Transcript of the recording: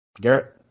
Garrett